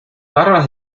barbas